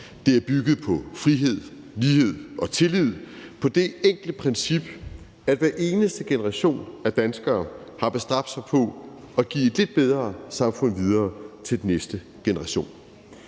Det er bygget på frihed, lighed og tillid, på det enkle princip, at hver eneste generation af danskere har bestræbt sig på at give et lidt bedre samfund videre til den næste generation.